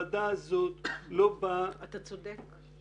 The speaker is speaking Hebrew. אתה צודק.